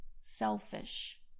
selfish